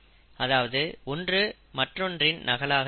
அதாவது ஒன்று மற்றொன்றின் நகலாக இருக்காது